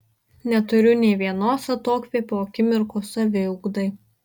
neturiu ne vienos atokvėpio akimirkos saviugdai